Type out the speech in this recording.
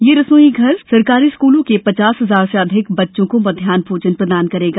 यह रसोई घर सरकारी स्कूलों के पचास हजार से अधिक बच्चे को मध्यान्ह भोजन प्रदान करेगा